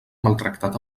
maltractat